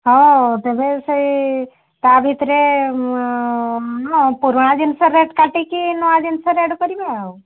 ହେଉ ତେବେ ସେଇ ତା' ଭିତରେ ମୁଁ ପୁରୁଣା ଜିନଷ ରେଟ୍ କାଟିକି ନୂଆ ଜିନିଷ ରେଟ୍ କରିବି ଆଉ